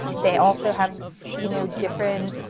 they also have you know different,